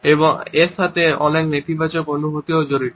এবং এর সাথে অনেক নেতিবাচক অনুভূতিও জড়িত